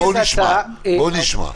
בואו ונשמע.